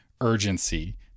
urgency